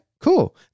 cool